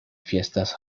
fiestas